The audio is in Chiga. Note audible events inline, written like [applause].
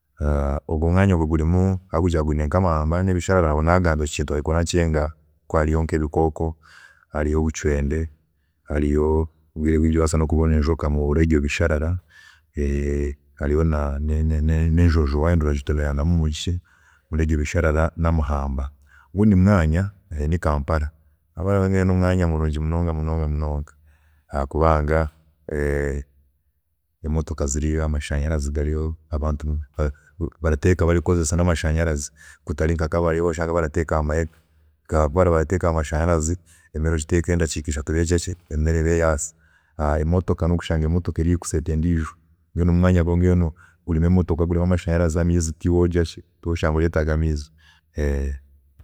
[hesitation] Ogwo omwanya ogwe gurimu habwokugira ngu gwiine nkamahamba nebisharara nagamba ekyo kintu orahika orancenga, hakuba hariyo nk'ebikooko, hariyo obucende, hariyo ebintu bingi orabaasa nkokubona nenjoka omuri ebyo bisharara, [hesitation] hariyo na nenjojo wayenda oragitomera kurungi omuri ebyo bisharara namahamba, ogundi mwanya murungi ni kampala, kampala mbwenu nomwanya murungi munonga munonga, [hesitation] hakuba nga emotoka ziriyo, amashanyarazi gariyio, abantu barateeka barakozesa mashanyarazi, hatari nka kabale ahu orashanga barateeka ahamahega, kampala barateekyera aha mashanyarazi, omudakiika ishatu eraba yagira ki, emere eraba yaahiire, emotoka nokushanga emotoka erihiihi kuseeta endijo, mbwenu omwanya gwe mbwenu gurimu emotoka, gurimu amashanyarazi, amaizi tiwogira ki, tiwoshanga oretaaga amaizi. [hesitation]